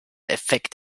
effekt